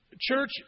Church